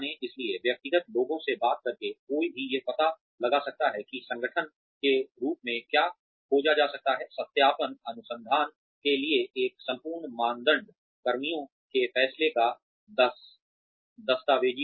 इसलिए व्यक्तिगत लोगों से बात करके कोई भी यह पता लगा सकता है कि संगठन के रूप में क्या खोजा जा सकता है सत्यापन अनुसंधान के लिए एक संपूर्ण मानदंड कर्मियों के फैसले का दस्तावेजीकरण